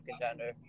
contender